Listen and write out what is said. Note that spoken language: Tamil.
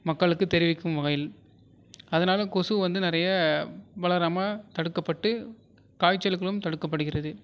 மக்களுக்கு தெரிவிக்கும் வகையில் அதனால் கொசு வந்து நிறைய வளராமல் தடுக்கப்பட்டு காய்ச்சல்களும் தடுக்கப்படுகிறது